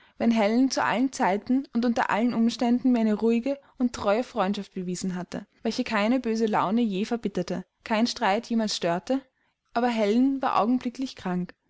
wenn helen zu allen zeiten und unter allen umständen mir eine ruhige und treue freundschaft bewiesen hatte welche keine böse laune je verbitterte kein streit jemals störte aber helen war augenblicklich krank